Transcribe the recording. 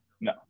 no